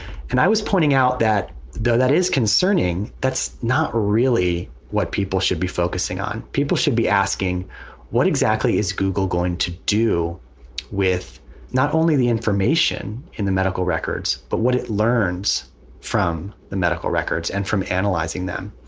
and i was pointing out that that is concerning. that's not really what people should be focusing on. people should be asking what exactly is google going to do with not only the information in the medical records, but what it learns from the medical records and from analyzing them.